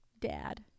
Dad